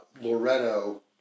Loretto